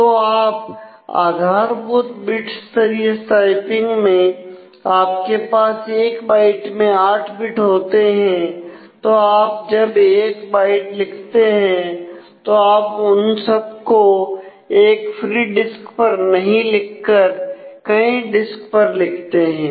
तो आप आधारभूत बिट स्तरीय स्ट्राइपिंग में आपके पास एक बाइट में 8 बिट होते हैं तो आप जब एक बाइट लिखते हैं तो आप उन सबको एक फ्री डिस्क पर नहीं लिखकर कई डिस्क पर लिखते हैं